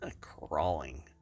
crawling